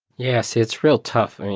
yes, it's real tough. i mean,